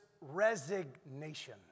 resignation